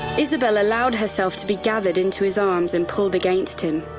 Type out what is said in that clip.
isabel allowed herself to be gathered into his arms and pulled against him.